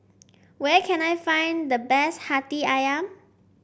where can I find the best hati ayam